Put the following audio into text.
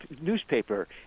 newspaper